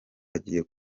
agiye